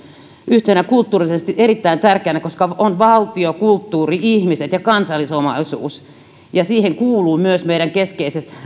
yhtenä kulttuurisesti erittäin tärkeänä asiana koska on valtio kulttuuri ihmiset ja kansallisomaisuus siihen kuuluvat myös meidän keskeiset